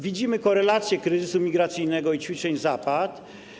Widzimy korelacje kryzysu migracyjnego i ćwiczeń Zapad.